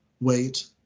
wait